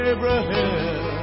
Abraham